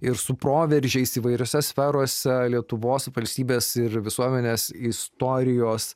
ir su proveržiais įvairiose sferose lietuvos valstybės ir visuomenės istorijos